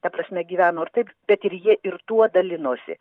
ta prasme gyveno ir taip bet ir jie ir tuo dalinosi